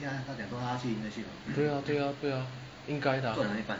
对啊对啊对啊应该的啊